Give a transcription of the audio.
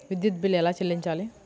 విద్యుత్ బిల్ ఎలా చెల్లించాలి?